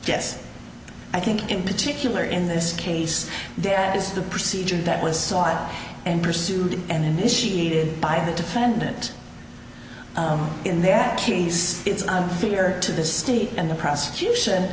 yes i think in particular in this case that is the procedure that was sought and pursued and initiated by the defendant in their cheese it's unfair to the state and the prosecution